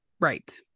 Right